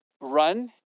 run